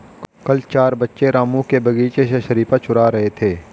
कल चार बच्चे रामू के बगीचे से शरीफा चूरा रहे थे